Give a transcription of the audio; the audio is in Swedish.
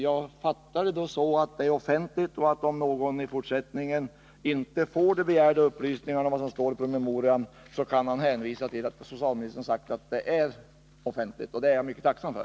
Jag fattar det så att denna handling är offentlig och att om någon i fortsättningen inte får de begärda upplysningarna 0 1 om vad som står i promemorian, så kan man hänvisa till att socialministern sagt att den är offentlig. Det är jag mycket tacksam för.